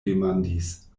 demandis